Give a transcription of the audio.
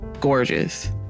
gorgeous